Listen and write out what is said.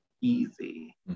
easy